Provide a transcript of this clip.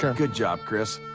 good job, chris.